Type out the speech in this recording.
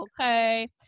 okay